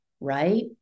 right